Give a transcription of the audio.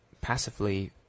passively